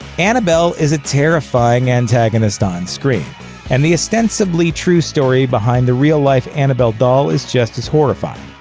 annabelle is a terrifying antagonist onscreen and the ostensibly true story behind the real-life annabelle doll is just as horrifying.